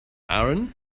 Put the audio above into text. aaron